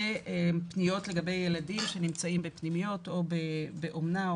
ופניות לגבי ילדים שנמצאים בפנימיות או באומנה,